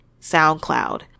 SoundCloud